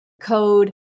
code